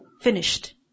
finished